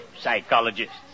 Psychologists